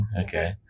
Okay